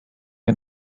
and